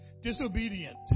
disobedient